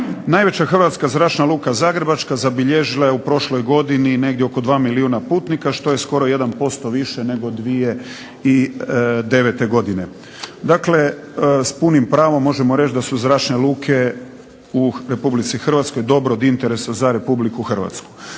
Najveća Hrvatska zračna luka Zagrebačka zabilježila je u prošloj godini negdje oko 2 milijuna putnika što je skoro 1% više nego 2009. godine. Dakle s punim pravom možemo reći da su zračne luke u Republici Hrvatskoj dobro od interesa za Republiku Hrvatsku.